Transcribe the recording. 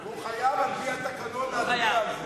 הוא חייב על-פי התקנון להצביע על זה.